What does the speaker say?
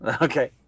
okay